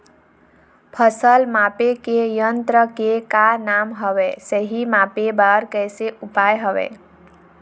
फसल मापे के यन्त्र के का नाम हवे, सही मापे बार कैसे उपाय हवे?